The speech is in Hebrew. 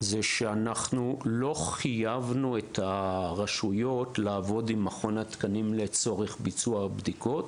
שאנחנו לא חייבנו את הרשויות לעבוד עם מכון התקנים לצורך ביצוע הבדיקות,